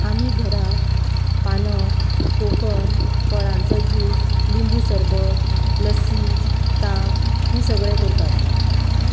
आमी घरांत पानाक कोकम फळांचो जूस लिंबू सरबत लस्सी तांक हे सगळें करतात